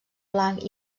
blanc